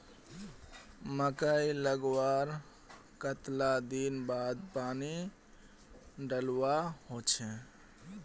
मकई लगवार कतला दिन बाद पानी डालुवा होचे?